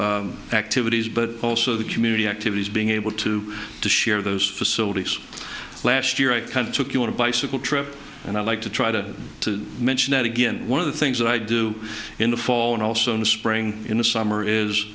activities but also the community activities being able to to share those facilities last year i kind of took you on a bicycle trip and i'd like to try to mention that again one of the things that i do in the fall and also in the spring in the summer is